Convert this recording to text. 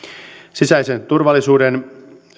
sisäisen turvallisuuden